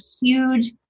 huge